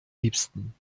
liebsten